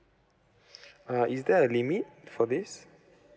uh is there a limit for this